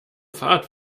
fahrt